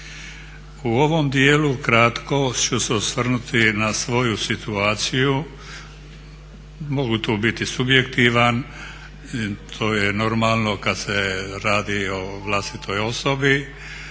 U ovom dijelu kratko ću se osvrnuti na svoju situaciju, mogu tu biti subjektivan, to je normalno kad se radi o vlastitoj osobi,